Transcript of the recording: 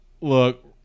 look